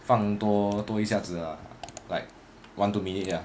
放多多一下子 ah like one two minute lah